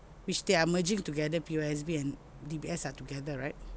which they are merging together P_O_S_B and D_B_S are together right